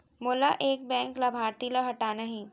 मोला एक बैंक लाभार्थी ल हटाना हे?